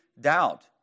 doubt